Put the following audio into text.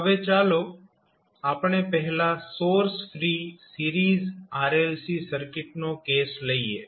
હવે ચાલો આપણે પહેલા સોર્સ ફ્રી સિરીઝ RLC સર્કિટનો કેસ લઈએ